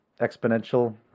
exponential